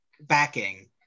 backing